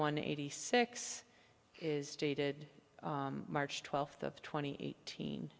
one eighty six is dated march twelfth of twenty eighteen